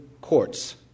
Courts